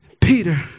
Peter